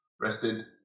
Rested